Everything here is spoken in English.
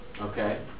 Okay